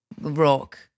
rock